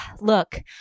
Look